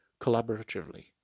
collaboratively